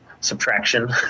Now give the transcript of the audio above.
subtraction